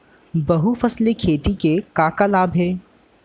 बहुफसली खेती के का का लाभ हे?